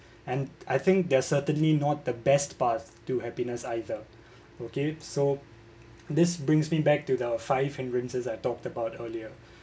and I think they're certainly not the best path to happiness either okay so this brings me back to the five hindrances I talked about earlier